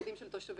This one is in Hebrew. ילדים של תושבים,